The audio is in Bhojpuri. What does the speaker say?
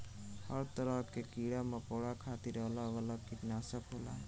हर तरह के कीड़ा मकौड़ा खातिर अलग अलग किटनासक होला